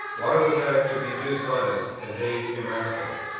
why was i to be dishonest and they immaculate?